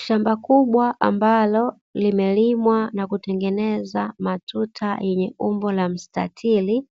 Shamba kubwa ambalo limelimwa na kutengeneza matuta yenye umbo la mstatiri,